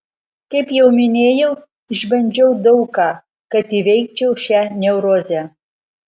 kaip jau minėjau išbandžiau daug ką kad įveikčiau šią neurozę